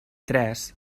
tres